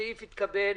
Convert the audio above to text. הצבעה נתקבל.